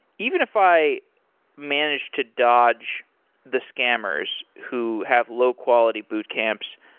even if i manage to dodge the scammers who have low quality boot camps,